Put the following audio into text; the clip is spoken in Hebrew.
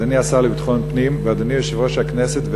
אדוני השר לביטחון פנים ואדוני יושב-ראש הכנסת,